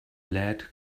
lead